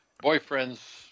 boyfriend's